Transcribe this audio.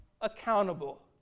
accountable